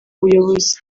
buyobozi